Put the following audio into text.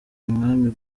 umwami